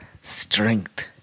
strength